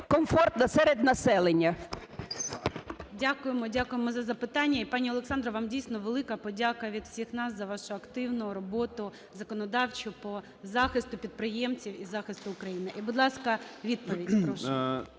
Дякуємо за запитання. І, пані Олександро, вам, дійсно, велика подяка від всіх нас за вашу активну роботу законодавчу по захисту підприємців і захисту України. І, будь ласка, відповідь.